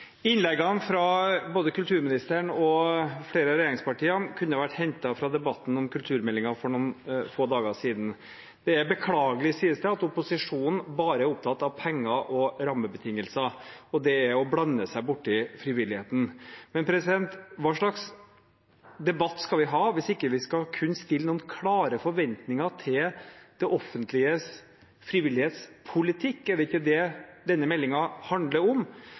Innleggene fra både kulturministeren og flere av regjeringspartiene kunne ha vært hentet fra debatten om kulturmeldingen for noen få dager siden. Det er beklagelig, sies det, at opposisjonen bare er opptatt av penger og rammebetingelser, og det er å blande seg borti frivilligheten. Hva slags debatt skal vi ha hvis vi ikke skal kunne stille noen klare forventninger til det offentliges frivillighetspolitikk? Er det ikke det denne meldingen handler om?